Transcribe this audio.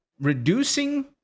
Reducing